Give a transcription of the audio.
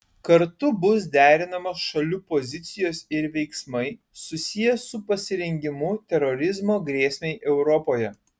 kartu bus derinamos šalių pozicijos ir veiksmai susiję su pasirengimu terorizmo grėsmei europoje